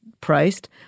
priced